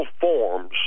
forms